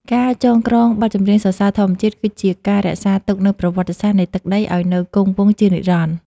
ការចងក្រងបទចម្រៀងសរសើរធម្មជាតិ គឺជាការរក្សាទុកនូវប្រវត្តិសាស្ត្រនៃទឹកដីឱ្យនៅគង់វង្សជានិរន្តរ៍។